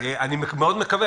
אני מקווה מאוד,